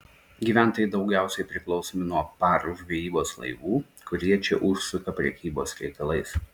gyventojai daugiausiai priklausomi nuo par žvejybos laivų kurie čia užsuka prekybos reikalais